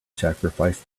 sacrifice